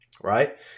right